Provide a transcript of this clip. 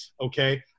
okay